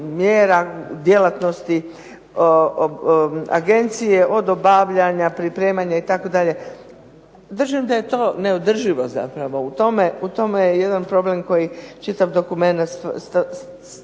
mjera, djelatnosti agencije od obavljanja, pripremanja itd. Držim da je to neodrživo zapravo. U tome je jedan problem koji čitav dokument stavlja